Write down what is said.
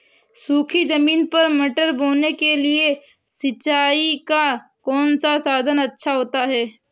सूखी ज़मीन पर मटर बोने के लिए सिंचाई का कौन सा साधन अच्छा होता है?